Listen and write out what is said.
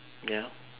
ya